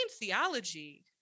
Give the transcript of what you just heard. theology